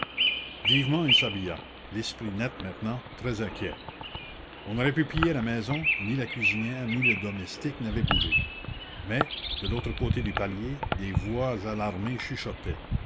vivement il s'habilla l'esprit net maintenant très inquiet on aurait pu piller la maison ni la cuisinière ni le domestique n'avait bougé mais de l'autre côté du palier des voix alarmées